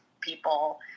people